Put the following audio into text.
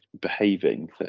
behaving